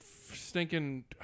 Stinking